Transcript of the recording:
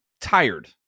tired